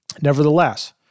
Nevertheless